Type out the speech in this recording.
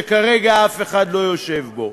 שכרגע אף אחד לא יושב בו.